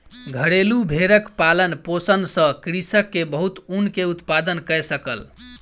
घरेलु भेड़क पालन पोषण सॅ कृषक के बहुत ऊन के उत्पादन कय सकल